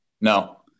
no